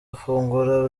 afungura